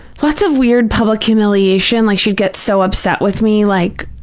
lots of weird public humiliation. like she'd get so upset with me, like,